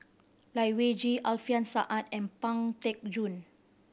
Lai Weijie Alfian Sa'at and Pang Teck Joon